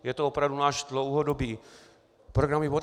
Je to opravdu náš dlouhodobý programový bod.